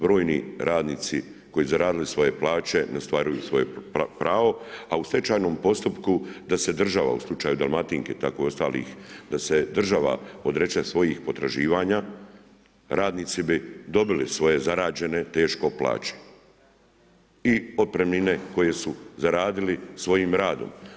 Brojni radnici, koji su zaradili svoje plaće, ne ostvaruju svoje pravo, a u stečajnom postupku, da se država u slučaju Dalmatinke, tako i ostalih da se država odriče svojih potraživanja, radnici bi dobili svoje zarađene teško plaće i otpremnine koje su zaradili svojim radom.